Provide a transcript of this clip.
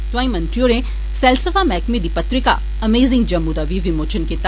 तोआईं मंत्री होरें सैलसफा मैह्कमे दी पत्रिका 'अमेज़िंग जम्मू' दा बी विमोचन कीता